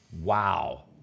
wow